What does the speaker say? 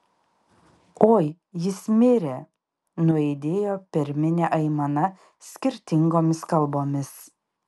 oi jis mirė nuaidėjo per minią aimana skirtingomis kalbomis